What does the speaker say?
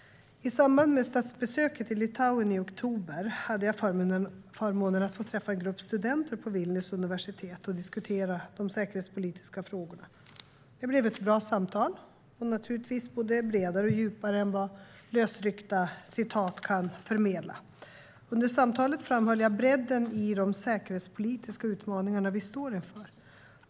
I samband med statsbesöket i Litauen i oktober hade jag förmånen att få träffa en grupp studenter på Vilnius universitet och diskutera de säkerhetspolitiska frågorna. Det blev ett bra samtal, och naturligtvis var det både bredare och djupare än vad lösryckta citat kan förmedla. Under samtalet framhöll jag bredden i de säkerhetspolitiska utmaningarna vi står inför.